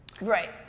Right